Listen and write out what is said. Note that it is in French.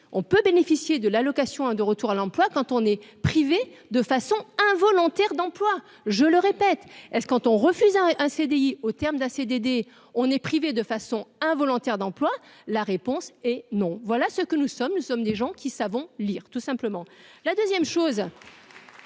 on peut bénéficier de l'allocation de retour à l'emploi quand on est privé de façon involontaire d'emploi, je le répète, est ce quand on refuse un un CDI au terme d'un CDD, on est privé de façon involontaire d'emploi, la réponse est non, voilà ce que nous sommes, nous sommes des gens qui savent on lire tout simplement la 2ème chose.